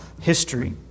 history